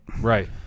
Right